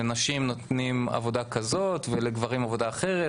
שלנשים נותנים עבודה כזאת ולגברים עבודה אחרת,